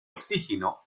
oxígeno